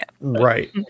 Right